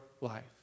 life